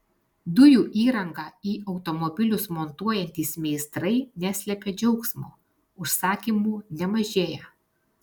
dujų įrangą į automobilius montuojantys meistrai neslepia džiaugsmo užsakymų nemažėja